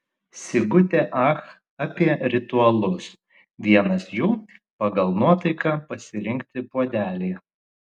sigutė ach apie ritualus vienas jų pagal nuotaiką pasirinkti puodelį